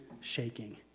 shaking